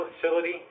Facility